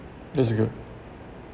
that's good